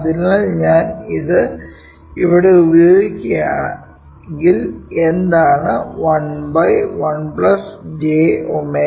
അതിനാൽ ഞാൻ ഇത് ഇവിടെ ഉപയോഗിക്കുകയാണെങ്കിൽ എന്താണ് 11 j ω c R